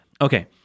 okay